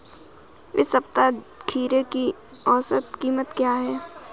इस सप्ताह खीरे की औसत कीमत क्या है?